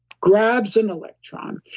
grabs an electron,